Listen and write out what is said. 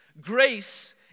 Grace